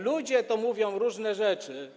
Ludzie to mówią różne rzeczy.